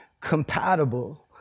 compatible